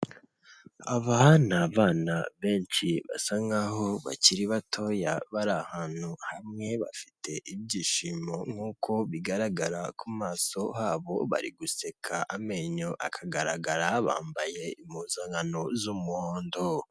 Aba ni bana benshi basa nkaho bakiri batoya bari ahantu hamwe bafite ibyishimo nkuko bigaragara ku maso habo bari guseka amenyo akagaragara bambaye impuzankano z'umuhondo .